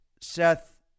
Seth